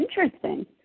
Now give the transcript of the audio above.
interesting